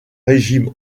régime